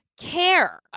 care